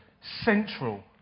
central